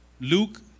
Luke